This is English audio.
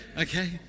okay